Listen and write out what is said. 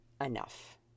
enough